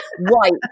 white